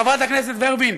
חברת הכנסת ורבין,